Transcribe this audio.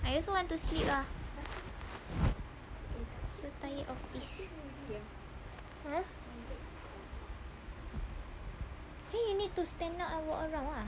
I also want to sleep lah so tired of this !huh! then you need to stand up and walk around lah